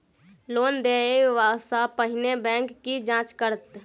Loan देय सा पहिने बैंक की जाँच करत?